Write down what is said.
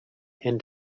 and